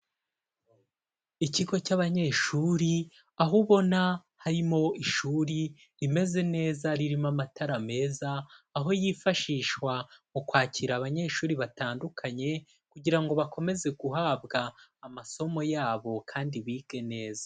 Ikigo cy'abanyeshuri, aho ubona harimo ishuri rimeze neza ririmo amatara meza, aho yifashishwa mu kwakira abanyeshuri batandukanye kugira ngo bakomeze guhabwa amasomo yabo kandi bige neza.